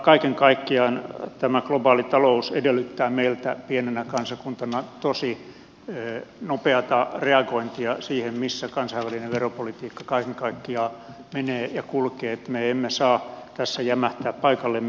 kaiken kaikkiaan tämä globaali talous edellyttää meiltä pienenä kansakuntana tosi nopeata reagointia siihen missä kansainvälinen veropolitiikka kaiken kaikkiaan menee ja kulkee me emme saa tässä jämähtää paikallemme